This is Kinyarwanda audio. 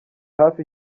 hafi